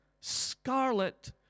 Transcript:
scarlet